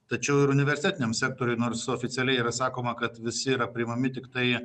tačiau ir universitetiniam sektoriuj nors oficialiai yra sakoma kad visi yra priimami tiktai